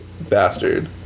bastard